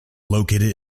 located